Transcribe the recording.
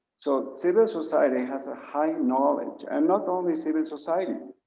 so civil society has a high knowledge. and not only civil society,